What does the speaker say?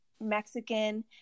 Mexican